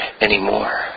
anymore